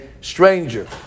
stranger